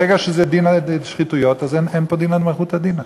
ברגע שזה דינא דשחיתויות אז אין פה דינא דמלכותא דינא.